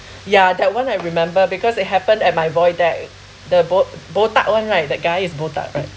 ya that one I remember because it happened at my void deck the bo~ botak [one] right that guy is botak right